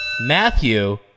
Matthew